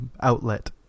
outlet